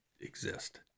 exist